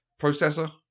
processor